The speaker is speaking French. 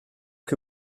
que